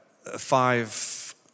five